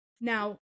Now